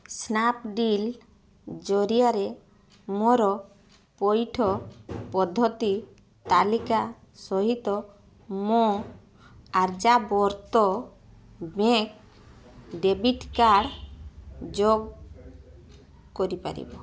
Snapdeal ଜରିଆରେ ମୋର ପଇଠ ପଦ୍ଧତି ତାଲିକା ସହିତ ମୋ ଆର୍ଯ୍ୟାବର୍ତ ବ୍ୟାଙ୍କ୍ ଡେବିଟ୍ କାର୍ଡ଼୍ ଯୋଗ କରିପାରିବ